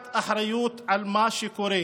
ייקחו אחריות על מה שקורה.